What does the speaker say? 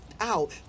out